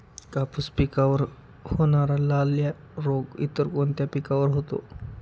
कापूस पिकावर होणारा लाल्या रोग इतर कोणत्या पिकावर होतो?